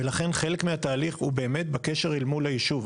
ולכן חלק מהתהליך הוא באמת בקשר אל מול הישוב.